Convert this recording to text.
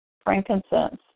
frankincense